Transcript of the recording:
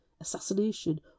assassination